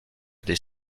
des